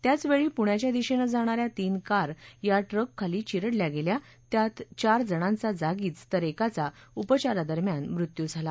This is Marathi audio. त्याच वेळी पुण्याच्या दिशेनं जाणान्या तीन कार या ट्रक खाली चिरडल्या गेल्या त्यात चार जणांचा जागीच तर एकाचा उपचारादरम्यान मृत्यू झाला